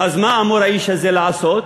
אז מה אמור האיש הזה לעשות?